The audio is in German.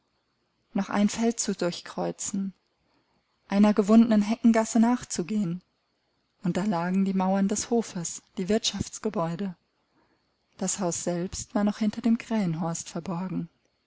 noch ein feld zu durchkreuzen einer gewundenen heckengasse nachzugehen und da lagen die mauern des hofes die wirtschaftsgebäude das haus selbst war noch hinter dem krähenhorst verborgen